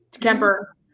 Kemper